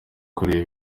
kureba